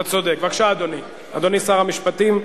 בבקשה, אדוני שר המשפטים,